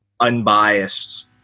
unbiased